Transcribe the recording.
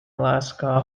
alaska